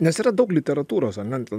nes yra daug literatūros ar ne ten